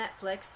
Netflix